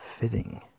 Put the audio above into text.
Fitting